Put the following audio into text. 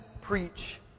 preach